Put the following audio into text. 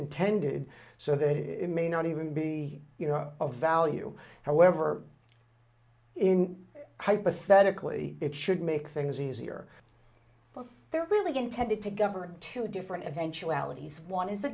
intended so that it may not even be you know of value however in hypothetically it should make things easier but they're really going tended to govern two different eventualities one is a